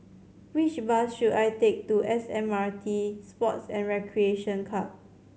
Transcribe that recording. which bus should I take to S M R T Sports and Recreation Club